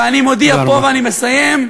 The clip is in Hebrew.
ואני מודיע פה, ואני מסיים,